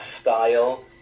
style